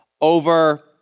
over